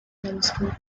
telescope